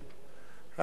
העניין של ההמשכיות,